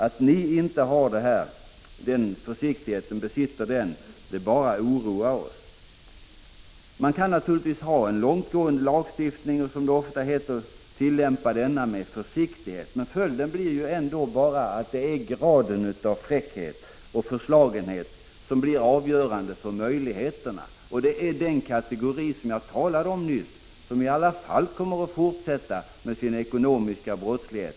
Att ni socialdemokrater inte är lika försiktiga oroar oss. Man kan naturligtvis ha en långtgående lagstiftning och, som det heter, tillämpa den med försiktighet. Men följden blir ändå bara att det är graden av fräckhet och förslagenhet som blir avgörande för möjligheterna till ekonomisk brottslighet. Den kategori människor som jag nyss talade om kommer i alla fall att fortsätta med ekonomisk brottslighet.